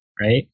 right